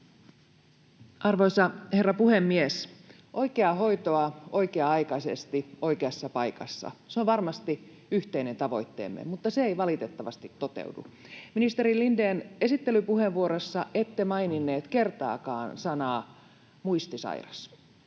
Arvoisa herra puhemies! Oikeaa hoitoa oikea-aikaisesti oikeassa paikassa — se on varmasti yhteinen tavoitteemme, mutta se ei valitettavasti toteudu. Ministeri Lindén, esittelypuheenvuorossa ette maininneet kertaakaan sanaa ”muistisairas”,